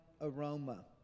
aroma